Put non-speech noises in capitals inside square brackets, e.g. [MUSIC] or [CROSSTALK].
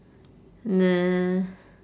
[NOISE]